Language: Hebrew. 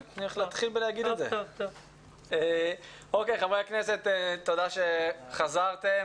חברי הכנסת, תודה שחזרתם.